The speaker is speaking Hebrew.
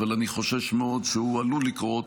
אבל אני חושש מאוד שהוא עלול לקרות,